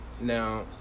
Now